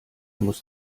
muss